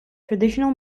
traditional